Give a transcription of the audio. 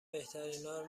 بهترینا